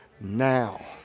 now